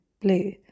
blue